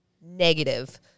negative